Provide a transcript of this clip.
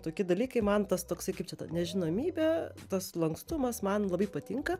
tokie dalykai man tas toksai kaip čia ta nežinomybė tas lankstumas man labai patinka